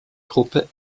gruppe